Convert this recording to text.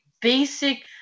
basic